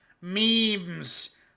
memes